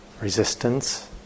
resistance